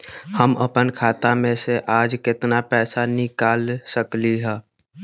हम अपन खाता में से आज केतना पैसा निकाल सकलि ह?